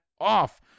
off